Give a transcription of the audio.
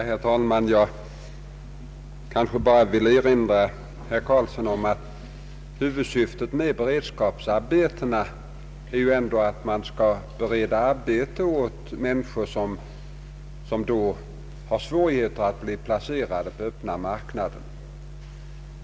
Herr talman! Jag vill erinra herr Carlsson om att huvudsyftet med beredskapsarbetena är att bereda arbete åt människor som har svårigheter att bli placerade på den öppna arbetsmarknaden.